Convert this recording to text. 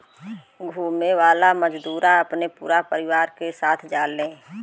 घुमे वाला मजूरा अपने पूरा परिवार के साथ जाले